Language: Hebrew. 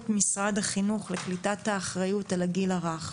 משרד החינוך לקליטת האחריות על הגיל הרך,